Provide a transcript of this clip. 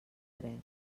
drets